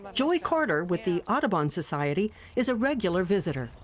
joy carter with the audubon society is a regular visitor.